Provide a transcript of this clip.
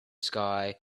sky